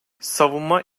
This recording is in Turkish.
savunma